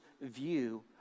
view